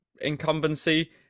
incumbency